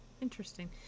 interesting